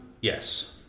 Yes